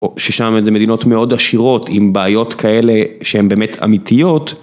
או ששם איזה מדינות מאוד עשירו, ת עם בעיות כאלה שהן באמת אמיתיות.